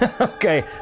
Okay